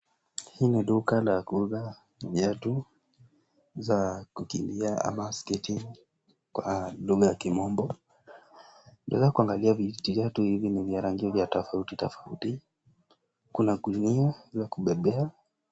Hii ni duka la kuuza viatu za kukimbia ama sketi kwa lugha ya kimombo. Ukiweza kuangalia viatu hivi ni vya rangi tofauti tofauti. Kuna gunia ya kubebea.